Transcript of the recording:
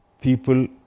people